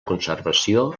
conservació